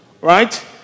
Right